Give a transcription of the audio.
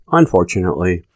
unfortunately